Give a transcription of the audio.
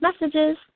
messages